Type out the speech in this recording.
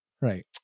right